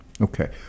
Okay